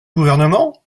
gouvernement